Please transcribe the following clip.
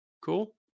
Cool